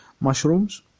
mushrooms